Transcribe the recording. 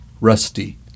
Rusty